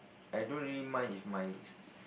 I don't really mind if my